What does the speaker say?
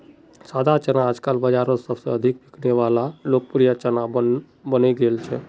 सादा चना आजकल बाजारोत सबसे अधिक बिकने वला लोकप्रिय चना बनने गेल छे